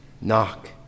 knock